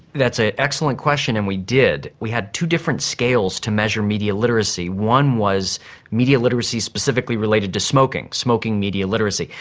that's ah an excellent question and we did. we had two different scales to measure media literacy. one was media literacy specifically related to smoking, smoking media literacy.